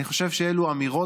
אני חושב שאלו אמירות,